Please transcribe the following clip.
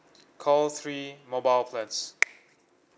call three mobile plans